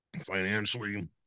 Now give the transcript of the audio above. financially